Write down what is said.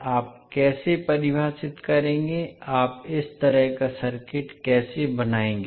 आप कैसे परिभाषित करेंगे आप इस तरह का सर्किट कैसे बनाएंगे